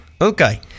okay